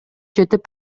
жетип